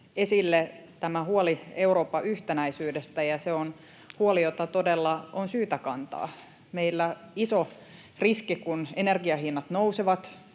esille huoli Euroopan yhtenäisyydestä, ja se on huoli, jota todella on syytä kantaa. Meillä on iso riski, kun energian hinnat nousevat,